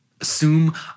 assume